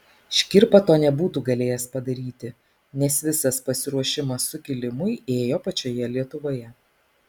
škirpa to nebūtų galėjęs padaryti nes visas pasiruošimas sukilimui ėjo pačioje lietuvoje